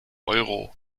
euro